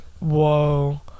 Whoa